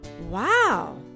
Wow